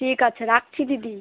ঠিক আছে রাখছি দিদি